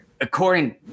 according